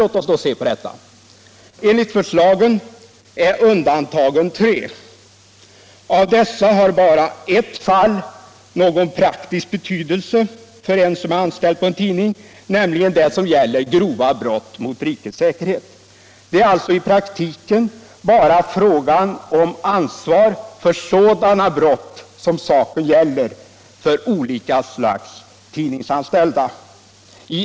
Låt oss se närmare på detta påstående: Enligt förslagen är undantagen tre. Av dessa har bara ett fall någon praktisk betydelse för en person som är anställd på en tidning, nämligen det som gäller grova brott mot rikets säkerhet. Det är alltså i praktiken bara i fråga om ansvar för sådana brott som olika slags tidningsanställda berörs.